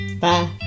Bye